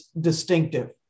distinctive